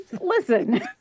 Listen